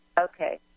Okay